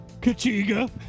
Kachiga